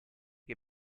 che